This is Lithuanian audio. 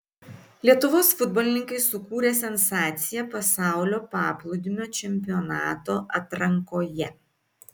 lietuvos futbolininkai sukūrė sensaciją pasaulio paplūdimio čempionato atrankoje